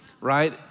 Right